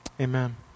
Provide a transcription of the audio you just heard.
Amen